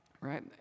right